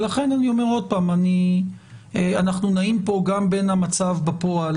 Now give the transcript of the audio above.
לכן אני אומר עוד פעם שאנחנו נעים כאן גם בין המצב בפועל,